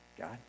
God